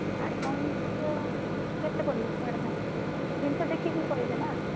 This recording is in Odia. ଆଡ଼୍ଭାନ୍ସ କେତେ ପଡ଼ିବ କି ଆଡ଼୍ଭାନ୍ସ୍ ଜିନିଷ ଦେଖିକି କହିବେ ନା